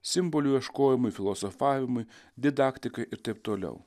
simbolių ieškojimui filosofavimui didaktikai ir taip toliau